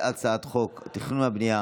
והצעת חוק התכנון והבנייה